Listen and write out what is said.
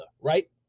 right